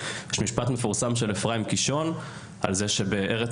יש משפט מפורסם של אפרים קישון על זה שבארץ